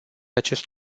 acest